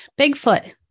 Bigfoot